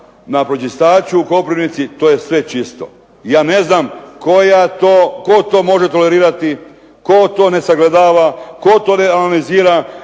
na pročistaču u Koprivnici to je sve čisto. Ja ne znam tko to može tolerirati, tko to ne sagledava, tko to ne analizira